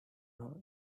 know